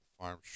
farm